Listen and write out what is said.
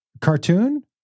cartoon